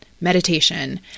meditation